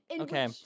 Okay